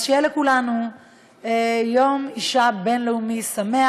אז שיהיה לכולנו יום אישה בין-לאומי שמח.